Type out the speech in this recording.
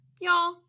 Y'all